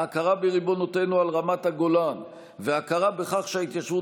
ההכרה בריבונותנו על רמת הגולן וההכרה בכך שההתיישבות